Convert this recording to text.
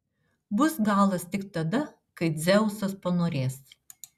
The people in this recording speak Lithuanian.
bus galas tik tada kai dzeusas panorės